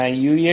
uxuu